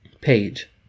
page